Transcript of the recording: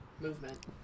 movement